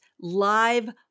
live